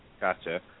Gotcha